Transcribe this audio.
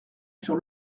sur